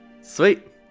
sweet